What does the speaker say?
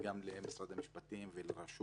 גם למשרד המשפטים, לרשות